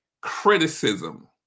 criticism